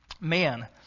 Man